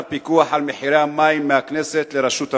הפיקוח על מחירי המים מהכנסת לרשות המים.